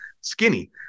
skinny